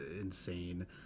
insane